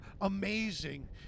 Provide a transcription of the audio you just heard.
amazing